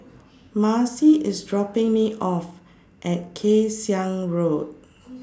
Marcy IS dropping Me off At Kay Siang Road